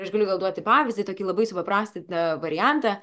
aš galiu gal duoti pavyzdį tokį labai supaprastintą variantą